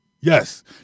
Yes